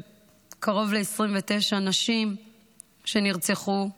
קרוב ל-29 נשים שנרצחו,